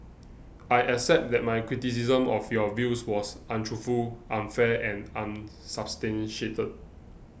I accept that my criticism of your views was untruthful unfair and unsubstantiated